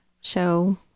show